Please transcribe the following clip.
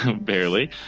barely